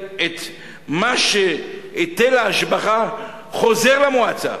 היטל ההשבחה חוזר למועצה,